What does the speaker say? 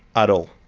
at all.